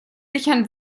sichern